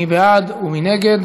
מי בעד ומי נגד?